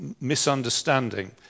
misunderstanding